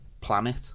planet